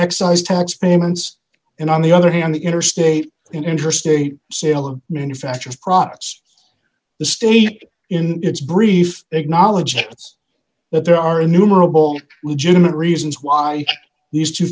excise tax payments and on the other hand the interstate interstate sale of manufactured products the state in its brief acknowledgments that there are innumerable legitimate reasons why these two